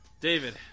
David